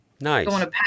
nice